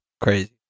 Crazy